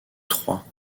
trois